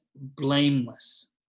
blameless